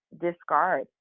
discard